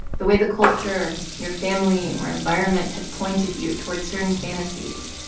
the way the culture, your family or environment had pointed you towards certain fantasies,